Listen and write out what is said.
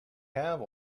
have